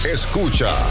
Escucha